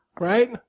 right